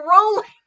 rolling